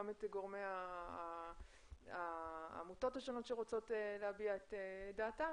גם את העמותות השונות שרוצות להביע את דעתן